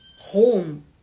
home